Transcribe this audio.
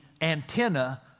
antenna